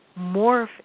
morph